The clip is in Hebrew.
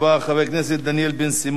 חבר הכנסת דניאל בן-סימון,